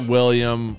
William